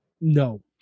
no